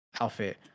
outfit